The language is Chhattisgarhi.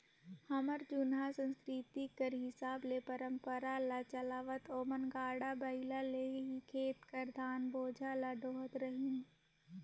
हमर जुनहा संसकिरती कर हिसाब ले परंपरा ल चलावत ओमन गाड़ा बइला ले ही खेत कर धान बोझा ल डोहत रहिन